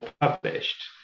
published